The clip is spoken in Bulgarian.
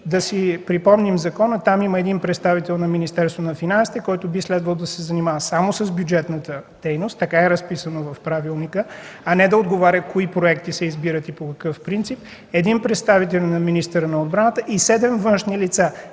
Да си припомним закона – там има един представител на Министерството на финансите, който би следвало да се занимава само с бюджетната дейност, така е разписано в правилника, а не да отговаря кои проекти се избират и по какъв принцип, един представител на Министерството на отбраната и седем външни лица.